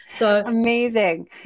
Amazing